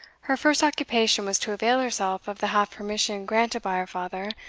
her first occupation was to avail herself of the half permission granted by her father,